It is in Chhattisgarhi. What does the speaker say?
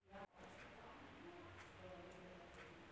नाइट्रोजन खातु काला कहिथे?